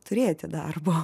turėti darbo